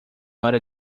hora